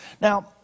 Now